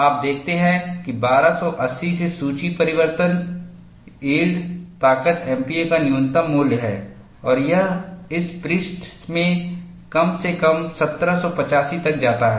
आप देखते हैं कि 1280 से सूची परिवर्तन यील्ड ताकत एमपीए का न्यूनतम मूल्य है और यह इस पृष्ठ में कम से कम 1785 तक जाता है